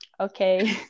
okay